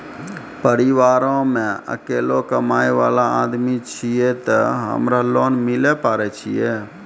परिवारों मे अकेलो कमाई वाला आदमी छियै ते हमरा लोन मिले पारे छियै?